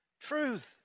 truth